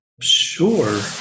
Sure